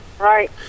right